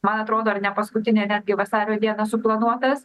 man atrodo ar ne paskutinę netgi vasario dieną suplanuotas